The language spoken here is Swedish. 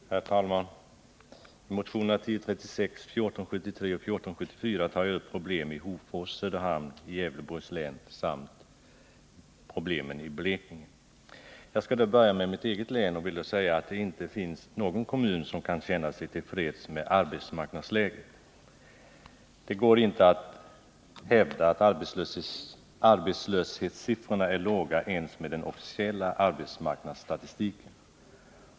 Herr talman! I motionerna 1036, 1473 och 1474 tar jag upp problem dels i Hofors och Söderhamn i Gävleborgs län, dels i Blekinge. Jag skall börja med mitt eget hemlän och vill då säga, att det inte finns någon kommun i detta län som kan känna sig till freds med arbetsmarknadsläget. Det går inte ens med den officiella arbetsmarknadsstatistiken som underlag att hävda att arbetslöshetssiffrorna är låga.